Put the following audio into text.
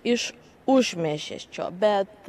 iš užmiesčio bet